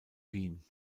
wien